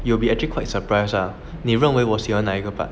you'll be actually quite surprise ah 你认为我喜欢哪一个 part